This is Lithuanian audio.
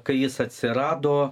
kai jis atsirado